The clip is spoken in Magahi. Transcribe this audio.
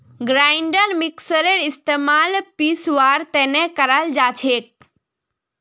ग्राइंडर मिक्सरेर इस्तमाल पीसवार तने कराल जाछेक